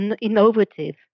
innovative